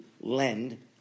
lend